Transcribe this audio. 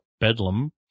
Bedlam